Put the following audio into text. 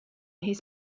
his